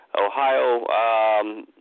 Ohio